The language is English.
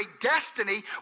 destiny